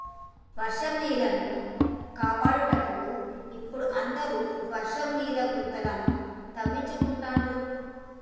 వర్షం నీళ్లను కాపాడుటకు ఇపుడు అందరు వర్షం నీళ్ల గుంతలను తవ్వించుకుంటాండ్రు